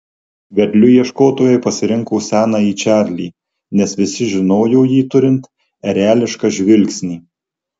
vedliu ieškotojai pasirinko senąjį čarlį nes visi žinojo jį turint erelišką žvilgsnį